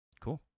Cool